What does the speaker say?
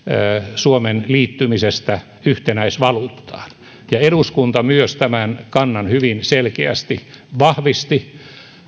suomen liittymisestä yhtenäisvaluuttaan ja eduskunta myös tämän kannan hyvin selkeästi vahvisti